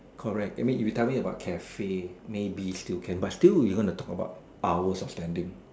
correct I mean if you tell me about cafe maybe still can but still we going to talk about the hours of standing